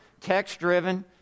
Text-driven